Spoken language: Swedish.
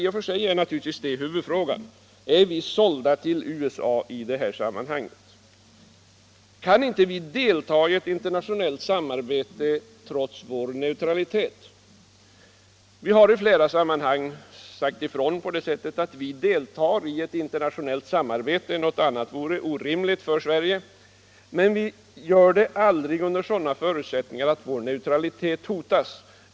I och för sig är naturligtvis huvudfrågan denna: Är vi sålda till USA i det här sammanhanget? Kan vi inte delta i ett internationellt samarbete trots vår neutralitet? Vi har i flera sammanhang sagt att vi deltar i internationellt samarbete — något annat vore orimligt — men aldrig under sådana förutsättningar att vår neutralitet hotas.